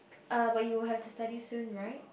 uh but you will have to study soon right